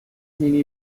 مینی